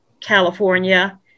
California